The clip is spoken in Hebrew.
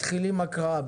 מתחילים הקראה.